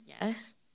Yes